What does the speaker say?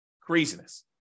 Craziness